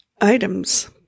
items